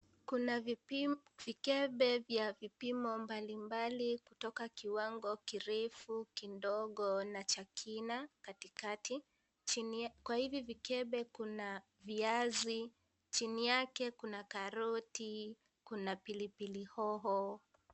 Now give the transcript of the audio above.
Kuna vikebe vya vipimo mbalimbali, kutoka kiwango kirefu kidogo na cha kina katikati. Kwa hivyo vikebe kuna viazi, chini yake kuna karoti, kuna pilipili hoho.